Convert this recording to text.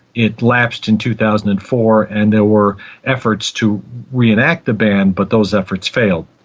it lapsed in two thousand and four and there were efforts to re-enact the ban but those efforts failed.